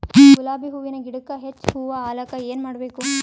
ಗುಲಾಬಿ ಹೂವಿನ ಗಿಡಕ್ಕ ಹೆಚ್ಚ ಹೂವಾ ಆಲಕ ಏನ ಮಾಡಬೇಕು?